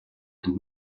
and